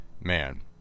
man